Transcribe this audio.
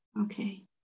Okay